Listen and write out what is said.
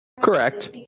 correct